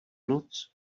noc